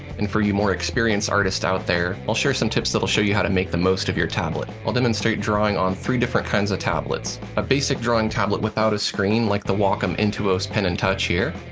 and for you more experienced artists out there, i'll share some tips that will show you how to make the most of your tablet. i'll demonstrate drawing on three different kinds of tablets. a basic drawing tablet without a screen like the wacom intuos pen and touch here,